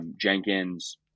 Jenkins